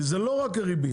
כי זה לא רק הריבית.